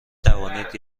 توانید